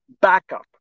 backup